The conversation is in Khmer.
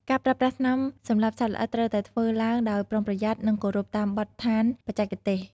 ការប្រើប្រាស់ថ្នាំសម្លាប់សត្វល្អិតត្រូវតែធ្វើឡើងដោយប្រុងប្រយ័ត្ន និងគោរពតាមបទដ្ឋានបច្ចេកទេស។